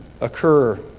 occur